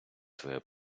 твоя